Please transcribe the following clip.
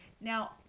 Now